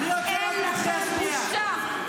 איך את מדברת על חיילי צה"ל?